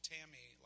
Tammy